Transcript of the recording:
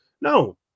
no